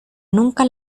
nunca